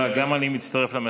מה אתה רוצה משוהם?